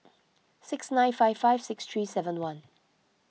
six nine five five six three seven one